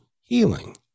healing